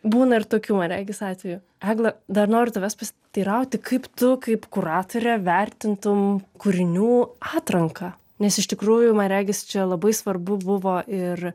būna ir tokių man regis atvejų egla dar noriu tavęs pasiteirauti kaip tu kaip kuratorė vertintum kūrinių atranką nes iš tikrųjų man regis čia labai svarbu buvo ir